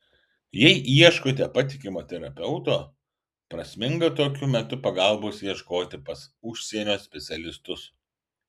jei ieškote patikimo terapeuto prasminga tokiu metu pagalbos ieškoti pas užsienio specialistus